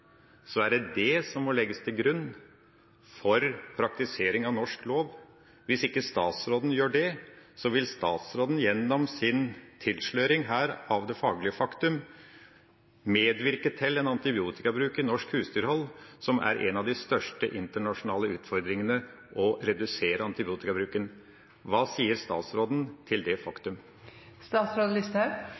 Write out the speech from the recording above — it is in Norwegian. er det det som må legges til grunn for praktisering av norsk lov. Hvis ikke statsråden gjør det, vil statsråden gjennom sin tilsløring her av det faglige faktum medvirke til antibiotikabruk i norsk husdyrhold, og en av de største internasjonale utfordringene er å redusere antibiotikabruken. Hva sier statsråden til det